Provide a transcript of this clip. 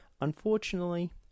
Unfortunately